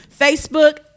Facebook